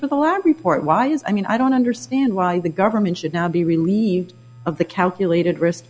for the lab report why is i mean i don't understand why the government should not be relieved of the calculated risk